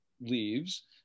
leaves